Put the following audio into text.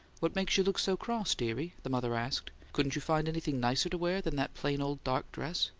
what makes you look so cross, dearie? the mother asked. couldn't you find anything nicer to wear than that plain old dark dress?